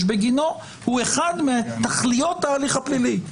בגינו היא אחת מתכליות ההליך הפלילי,